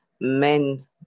Men